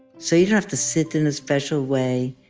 so you don't have to sit in a special way.